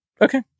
Okay